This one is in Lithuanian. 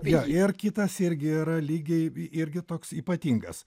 jo ir kitas irgi yra lygiai irgi toks ypatingas